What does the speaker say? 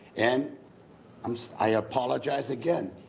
and um so i apologize again.